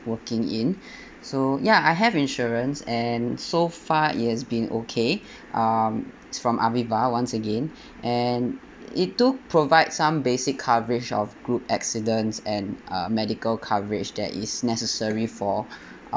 working in so ya I have insurance and so far it has been okay um it's from aviva once again and it do provide some basic coverage of group accidents and uh medical coverage there is necessary for